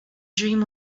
dream